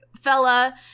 fella